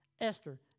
Esther